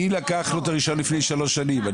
מי לקח לו את הרישיון לפני שלוש שנים?